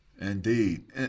Indeed